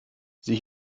sieh